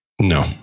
No